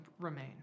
remain